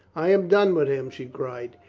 i am done with him, she cried.